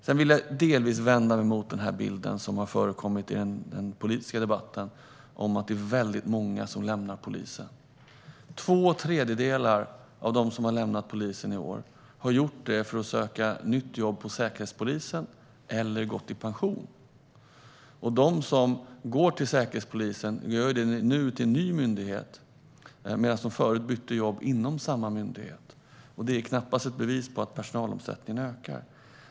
Jag vill delvis vända mig emot den bild som har förekommit i den politiska debatten av att det är väldigt många som lämnar polisen. Två tredjedelar av dem som har lämnat polisen i år har gjort det för att söka nytt jobb hos Säkerhetspolisen eller för att gå i pension. De som nu går till Säkerhetspolisen går till en ny myndighet, medan de som tidigare gjorde det bytte jobb inom samma myndighet. Det är knappast ett bevis på att personalomsättningen ökar.